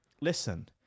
listen